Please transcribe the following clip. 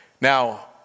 Now